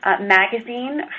magazine